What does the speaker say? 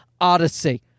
Odyssey